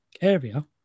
area